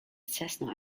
cessna